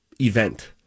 event